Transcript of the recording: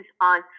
on